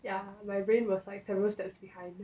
ya my brain was like several steps behind